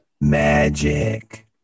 magic